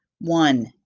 One